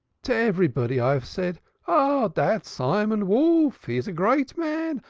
to everybody i haf said ah, dat simon wolf he is a great man,